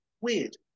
Weird